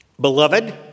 Beloved